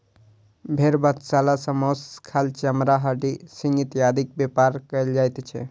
भेंड़ बधशाला सॅ मौस, खाल, चमड़ा, हड्डी, सिंग इत्यादिक व्यापार कयल जाइत छै